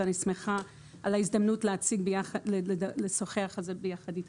ואני שמחה על ההזדמנות לשוחח על זה ביחד איתך.